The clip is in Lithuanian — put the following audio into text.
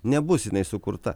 nebus jinai sukurta